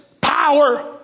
power